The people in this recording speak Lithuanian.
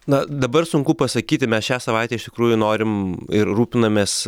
na dabar sunku pasakyti mes šią savaitę iš tikrųjų norim ir rūpinamės